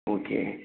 okay